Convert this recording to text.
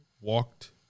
walked